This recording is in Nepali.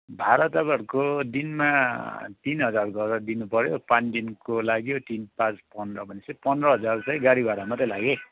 भाडा तपाईहरूको दिनमा तिन हजार गरेर दिनु पर्यो पाँच दिनको लाग्यो तिन पाँच पन्ध्र भने पछि पन्ध्र हजार चाहिँ गाडी भाडा मात्र लाग्यो है